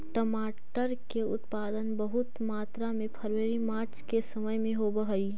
टमाटर के उत्पादन बहुत मात्रा में फरवरी मार्च के समय में होवऽ हइ